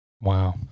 Wow